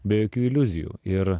be jokių iliuzijų ir